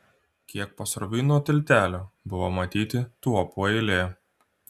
kiek pasroviui nuo tiltelio buvo matyti tuopų eilė